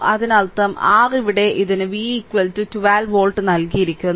അതിനർത്ഥം r ഇവിടെ ഇതിന് v 12 വോൾട്ട് നൽകിയിരിക്കുന്നു